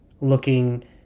looking